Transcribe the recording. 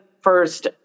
first